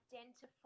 identify